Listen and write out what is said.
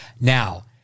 Now